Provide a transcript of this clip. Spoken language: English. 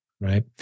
Right